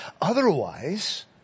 otherwise